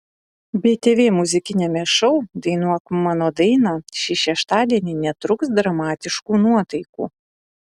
btv muzikiniame šou dainuok mano dainą šį šeštadienį netrūks dramatiškų nuotaikų